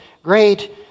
Great